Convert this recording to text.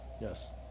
Yes